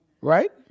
Right